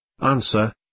Answer